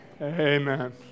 amen